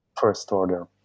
first-order